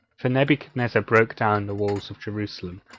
for nebuchadnezzar broke down the wall of jerusalem,